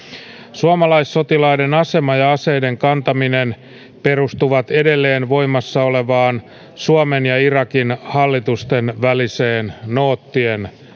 suomalaissotilaiden asema ja aseiden kantaminen perustuvat edelleen voimassa olevaan suomen ja irakin hallitusten väliseen noottien